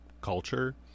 culture